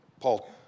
Paul